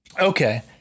okay